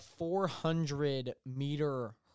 400-meter